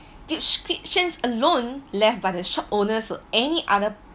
descriptions alone left by the shop owners or any other